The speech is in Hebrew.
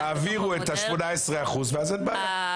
תעבירו את ה-18% ואין בעיה.